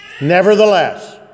Nevertheless